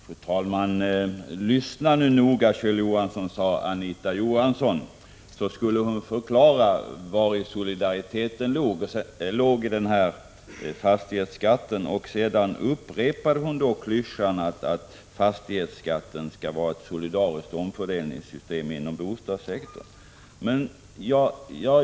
Fru talman! Lyssna nu noga, Kjell Johansson, sade Anita Johansson. Hon skulle förklara vari solidariteten låg i fastighetsskatten. — Sedan upprepade hon klyschan att fastighetsskatten skall vara ett solidariskt omfördelningssystem inom bostadssektorn.